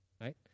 right